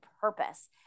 purpose